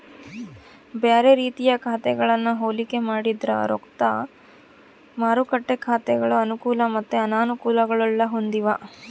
ಬ್ಯಾರೆ ರೀತಿಯ ಖಾತೆಗಳನ್ನ ಹೋಲಿಕೆ ಮಾಡಿದ್ರ ರೊಕ್ದ ಮಾರುಕಟ್ಟೆ ಖಾತೆಗಳು ಅನುಕೂಲ ಮತ್ತೆ ಅನಾನುಕೂಲಗುಳ್ನ ಹೊಂದಿವ